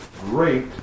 great